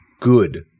good